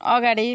अगाडि